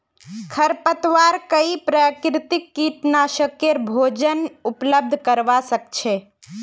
खरपतवार कई प्राकृतिक कीटनाशकेर भोजन उपलब्ध करवा छे